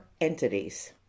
entities